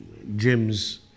Gyms